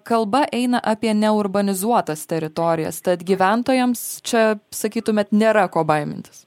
kalba eina apie neurbanizuotas teritorijas tad gyventojams čia sakytumėt nėra ko baimintis